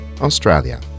Australia